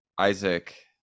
Isaac